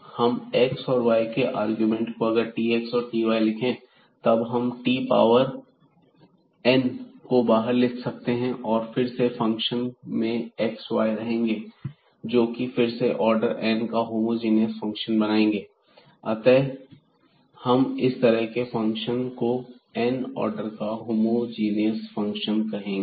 हम x और y के अरगुमेंट को अगर tx और ty लिखें तब हम t पावर n को बाहर ले सकते हैं और फिर से फंक्शन में xy रहेंगे जो कि फिर से ऑर्डर n का होमोजीनियस फंक्शन बनाएंगे अतः हम इस तरह के फंक्शन को n आर्डर का होमोजीनियस फंक्शन कहेंगे